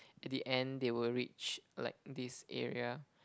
at the end they will reach like this area